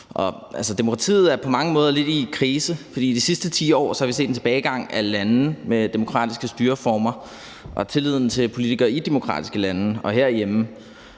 Demokratiet er på mange måder lidt i krise, for i de sidste 10 år har vi set en tilbagegang af lande med demokratiske styreformer og tilliden til politikere i demokratiske lande, og herhjemme